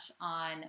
on